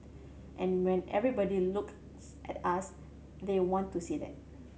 and when everybody looks at us they want to see that